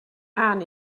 ann